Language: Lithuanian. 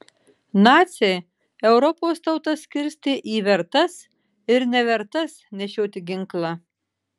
naciai europos tautas skirstė į vertas ir nevertas nešioti ginklą